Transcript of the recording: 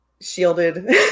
shielded